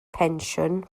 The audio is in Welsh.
pensiwn